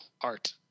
art